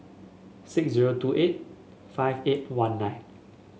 six zero two eight five eight one nine